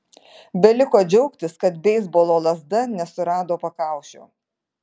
beliko džiaugtis kad beisbolo lazda nesurado pakaušio